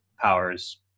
powers